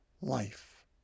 life